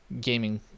gaming